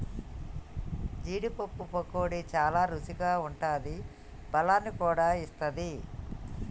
జీడీ పప్పు పకోడీ చాల రుచిగా ఉంటాది బలాన్ని కూడా ఇస్తది